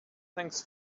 thanks